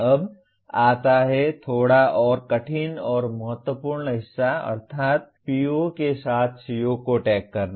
अब आता हैं थोड़ा और कठिन और महत्वपूर्ण हिस्सा अर्थात् PO के साथ CO को टैग करना